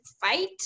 fight